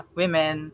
women